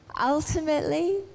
ultimately